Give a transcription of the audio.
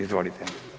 Izvolite.